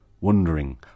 wondering